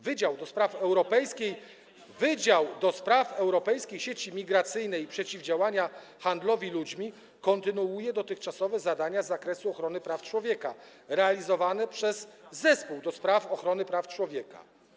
Wydział do Spraw Europejskiej Sieci Migracyjnej i Przeciwdziałania Handlowi Ludźmi kontynuuje dotychczasowe zadania z zakresu ochrony praw człowieka realizowane przez Zespół do spraw Ochrony Praw Człowieka.